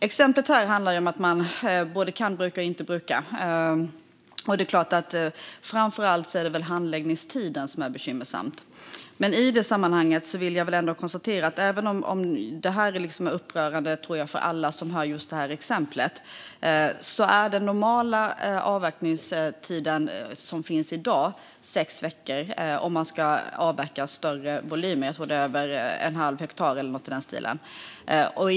Exemplet här handlar om att man både kan och inte kan bruka skogen. Framför allt är det väl handläggningstiden som är bekymmersam. Men även om det här exemplet nog är upprörande för alla som lyssnar vill jag säga att den normala handläggningstiden i dag är sex veckor om det gäller större volymer - jag tror att det gäller ytor över ett halvt hektar.